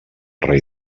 rei